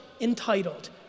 entitled